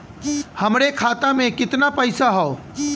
हमरे खाता में कितना पईसा हौ?